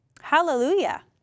Hallelujah